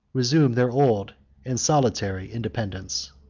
resumed their old and solitary independence.